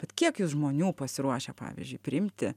bet kiek jūs žmonių pasiruošę pavyzdžiui priimti